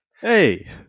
Hey